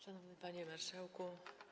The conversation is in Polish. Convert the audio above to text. Szanowny Panie Marszałku!